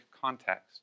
context